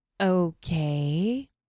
Okay